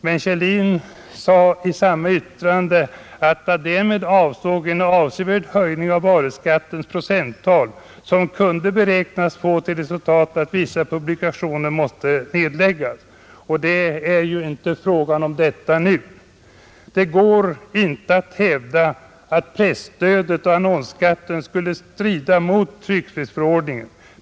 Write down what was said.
Men Kjellin sade i samma yttrande, att han därmed avsåg ”en avsevärd höjning av varuskattens procenttal”, som kunde beräknas få ”till resultat att vissa publikationer måste nedläggas”. Och det är det nu inte fråga om. Det går inte att hävda att presstödet och annonsskatten skulle strida mot tryckfrihetsförordningen.